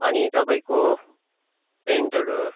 अनि तपाईँको पेन्टहरू